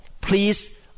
please